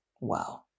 wow